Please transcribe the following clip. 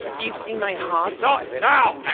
you seen my heart? not now,